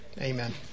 amen